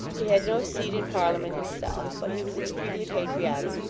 he had no seat in parliament himself, but he was extremely patriotic,